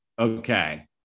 Okay